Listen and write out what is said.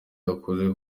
yakoze